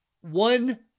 one